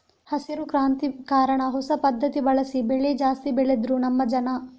ಹಸಿರು ಕ್ರಾಂತಿ ಕಾರಣ ಹೊಸ ಪದ್ಧತಿ ಬಳಸಿ ಬೆಳೆ ಜಾಸ್ತಿ ಬೆಳೆದ್ರು ನಮ್ಮ ಜನ